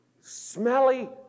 Smelly